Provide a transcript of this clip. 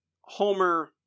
Homer